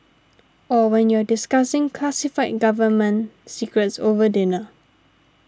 or when you're discussing classified government secrets over dinner